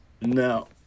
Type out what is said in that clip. No